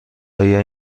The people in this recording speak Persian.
آیا